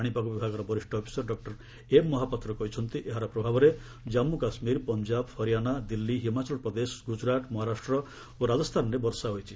ପାଣିପାଗ ବିଭାଗର ବରିଷ୍ଣ ଅଫିସର୍ ଡକ୍ଟର ଏମ୍ ମହାପାତ୍ର କହିଛନ୍ତି ଏହାର ପ୍ରଭାବରେ କମ୍ମୁ କାଶ୍ମୀର ପଞ୍ଜାବ୍ ହରିୟାନା ଦିଲ୍ଲୀ ହିମାଚଳ ପ୍ରଦେଶ ଗୁଜରାତ୍ ମହାରାଷ୍ଟ୍ର ଓ ରାଜସ୍ଥାନରେ ବର୍ଷା ହୋଇଛି